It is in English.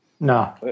no